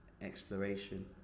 Exploration